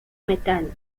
metal